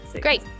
great